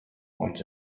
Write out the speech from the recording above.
want